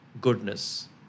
goodness